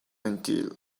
until